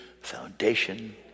foundation